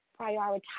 prioritize